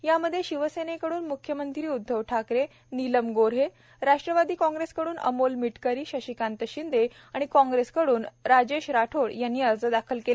यामध्ये शिवसेनेकड्रन म्ख्यमंत्री उद्धव ठाकरे नीलम गोऱ्हे राष्ट्रवादी काँग्रेसकडून अमोल मिटकरी शशिकांत शिंदे आणि काँग्रेसकडून राजेश राठोड यांनी अर्ज दाखल केले